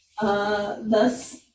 Thus